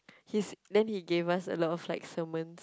he's then he gave us a lot of like sermon